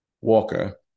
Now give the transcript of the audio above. Walker